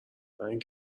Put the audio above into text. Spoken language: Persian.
رنگ